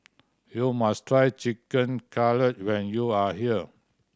you must try Chicken Cutlet when you are here